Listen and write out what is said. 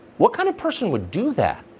what kind of person would do that?